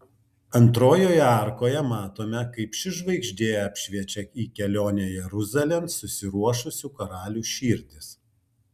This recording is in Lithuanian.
antrojoje arkoje matome kaip ši žvaigždė apšviečia į kelionę jeruzalėn susiruošusių karalių širdis